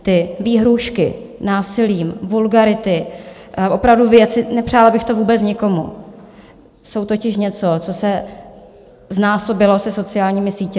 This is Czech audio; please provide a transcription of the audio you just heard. Ty výhrůžky násilím, vulgarity, opravdu věci, nepřála bych to vůbec nikomu, jsou totiž něco, co se znásobilo se sociálními sítěmi.